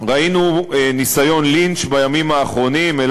ראינו בימים האחרונים ניסיון לינץ',